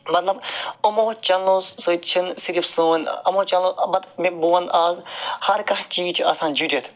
مَطلَب یِمو چنلو سۭتۍ چھ نہٕ صرف سون یِمو چَنلو بہٕ وَنہ آز ہر کانٛہہ چیٖز چھُ آسان جُڑتھ